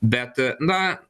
bet na